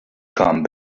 come